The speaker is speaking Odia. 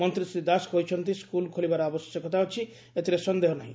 ମନ୍ତୀ ଶ୍ରୀ ଦାଶ କହିଛନ୍ତି ସ୍କୁଲ୍ ଖୋଲିବାର ଆବଶ୍ୟକତା ଅଛି ଏଥିରେ ସନ୍ଦେହ ନାର୍ହି